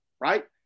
right